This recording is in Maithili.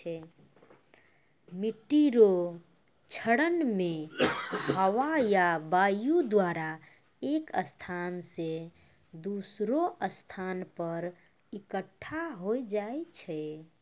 मिट्टी रो क्षरण मे हवा या वायु द्वारा एक स्थान से दोसरो स्थान पर इकट्ठा होय जाय छै